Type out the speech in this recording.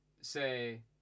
say